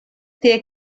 tie